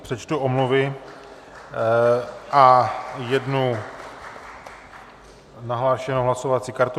Přečtu omluvy a jednu nahlášenou hlasovací kartu.